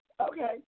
Okay